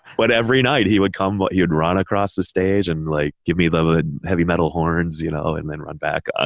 but every night he would come, he would run across the stage and like give me the heavy metal horns, you know, and then run back. ah